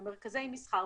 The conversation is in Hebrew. ושמרכזי מסחר,